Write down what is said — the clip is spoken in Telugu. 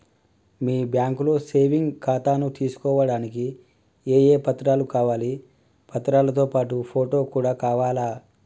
మీ బ్యాంకులో సేవింగ్ ఖాతాను తీసుకోవడానికి ఏ ఏ పత్రాలు కావాలి పత్రాలతో పాటు ఫోటో కూడా కావాలా?